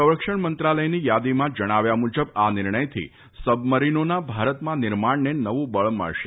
સંરક્ષણ મંત્રાલયની યાદીમાં જણાવ્યું છે કે આ નિર્ણયથી સબમરીનોના ભારતમાં નિર્માણને નવુ બળ મળશે